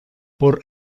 por